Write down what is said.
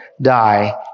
die